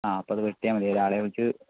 ആ അപ്പോൾ അത് വെട്ടിയാൽ മതി ആളെ വിളിച്ച്